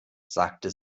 sagte